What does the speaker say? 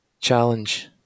challenge